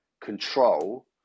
control